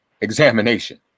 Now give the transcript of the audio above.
examination